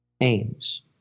aims